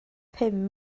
pum